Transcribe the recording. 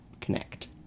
connect